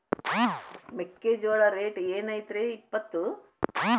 ಮೆಕ್ಕಿಜೋಳ ರೇಟ್ ಏನ್ ಐತ್ರೇ ಇಪ್ಪತ್ತು?